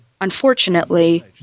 Unfortunately